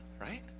right